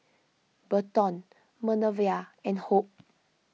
Berton Manervia and Hope